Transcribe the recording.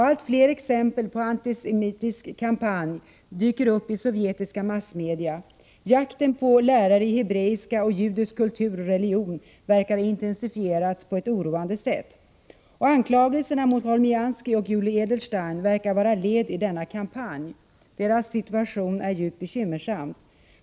Allt fler exempel på en antisemitisk kampanj dyker upp i sovjetiska massmedia. Jakten på lärare i hebreiska och judisk kultur och religion verkar ha intensifierats på ett oroande sätt. Anklagelserna mot Aleksandr Cholmianskij och Julij Edelstein verkar vara ett led i denna kampanj. Deras situation är djupt bekymmersam.